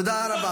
תודה רבה.